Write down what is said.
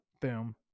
Boom